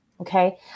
Okay